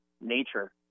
nature